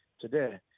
today